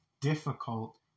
difficult